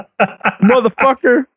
motherfucker